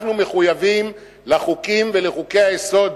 אנחנו מחויבים לחוקים ולחוקי-היסוד